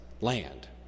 land